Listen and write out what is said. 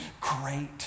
great